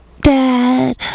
Dad